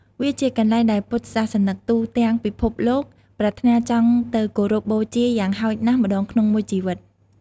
វាជាកន្លែងដែលពុទ្ធសាសនិកជនទូទាំងពិភពលោកប្រាថ្នាចង់ទៅគោរពបូជាយ៉ាងហោចណាស់ម្ដងក្នុងមួយជីវិត។